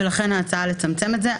ולכן ההצעה היא לצמצם את זה.